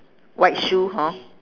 white shoe hor